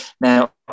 Now